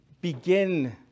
begin